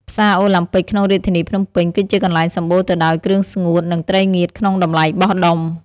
ផ្សារអូឡាំពិកក្នុងរាជធានីភ្នំពេញ គឺជាកន្លែងសម្បូរទៅដោយគ្រឿងស្ងួត និងត្រីងៀតក្នុងតម្លៃបោះដុំ។